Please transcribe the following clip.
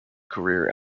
career